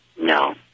No